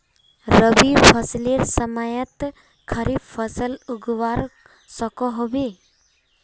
रवि फसलेर समयेत खरीफ फसल उगवार सकोहो होबे?